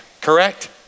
correct